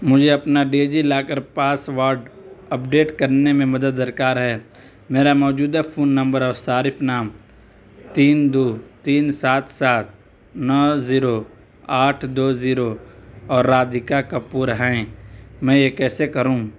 مجھے اپنا DigiLocker password update کرنے میں مدد درکار ہے میرا موجودہ فون نمبر اور صارف نام تین دو تین سات سات نو زیرو آٹھ دو زیرو اور رادھیکا کپور ہے میں یہ کیسے کروں